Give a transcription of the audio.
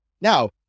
Now